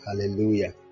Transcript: Hallelujah